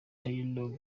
taylor